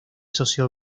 socio